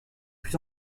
plus